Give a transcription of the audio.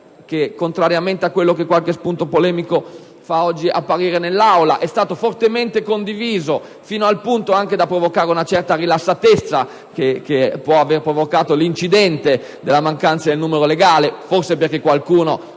contrariamente a quanto oggi qualche spunto polemico ha fatto apparire in Aula, è stato fortemente condiviso, fino al punto da provocare una certa rilassatezza che può aver causato l'incidente della mancanza del numero legale, forse perché qualcuno